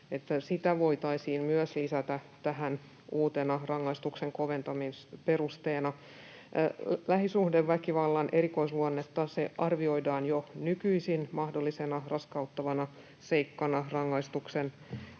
se voitaisiin myös lisätä tähän uutena rangaistuksen koventamisperusteena. Lähisuhdeväkivallan erikoisluonnetta arvioidaan jo nykyisin mahdollisena raskauttavana seikkana rangaistuksen